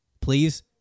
Please